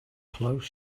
close